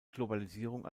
globalisierung